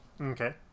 Okay